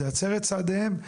זה יצר את צעדיהם,